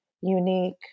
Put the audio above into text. unique